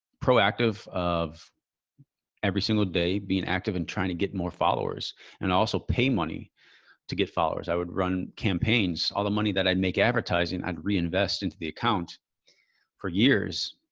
proactive of every single day being active and trying to get more followers and also pay money to get followers. i would run campaigns all the money that i'd make advertising and reinvest into the account for years.